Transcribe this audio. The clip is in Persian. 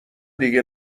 دیگه